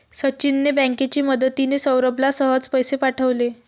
सचिनने बँकेची मदतिने, सौरभला सहज पैसे पाठवले